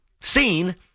seen